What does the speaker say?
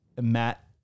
Matt